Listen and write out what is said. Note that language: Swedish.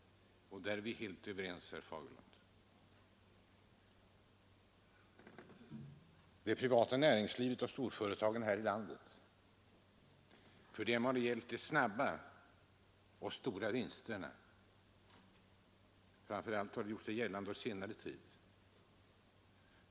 Där är vi helt överens, herr Fagerlund. För det privata näringslivet och storföretagarna här i landet har det gällt de snabba och stora vinsterna, framför allt på senare tid.